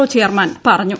O chairman പറഞ്ഞു